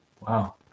Wow